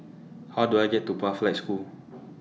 How Do I get to Pathlight School